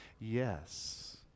Yes